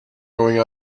going